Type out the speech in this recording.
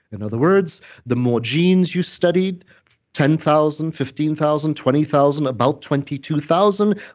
in other words, the more genes you studied ten thousand, fifteen thousand, twenty thousand, about twenty two thousand,